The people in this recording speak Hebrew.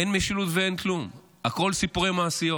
אין משילות ואין כלום, הכול סיפורי מעשיות.